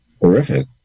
horrific